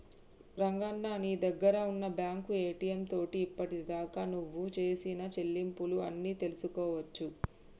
రంగన్న నీ దగ్గర ఉన్న బ్యాంకు ఏటీఎం తోటి ఇప్పటిదాకా నువ్వు సేసిన సెల్లింపులు అన్ని తెలుసుకోవచ్చు